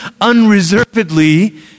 unreservedly